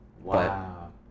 wow